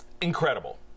incredible